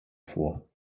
vor